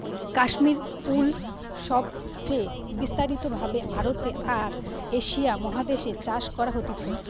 Kashmir wool সবচে বিস্তারিত ভাবে ভারতে আর এশিয়া মহাদেশ এ চাষ করা হতিছে